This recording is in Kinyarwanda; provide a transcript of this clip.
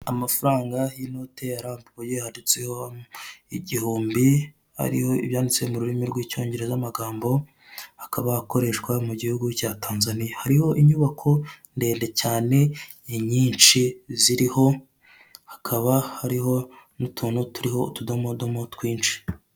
Amafaranga y'inote arambuye handitseho igihumbi ariho ibyanditse mu rurimi rw'icyngereza amagambo akaba akoreshwa mu gihugu cya Tanzaniya. Hariho inyubako ndende cyane nyinshi ziriho, hakaba hariho n'utuntu turiho utudomodomo twinshi.